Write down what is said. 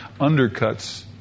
undercuts